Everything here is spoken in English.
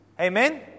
Amen